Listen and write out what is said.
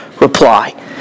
reply